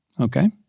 okay